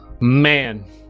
Man